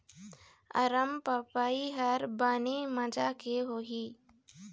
अरमपपई हर बने माजा के होही?